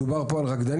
דובר פה למשל על הרקדנים.